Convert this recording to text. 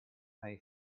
pay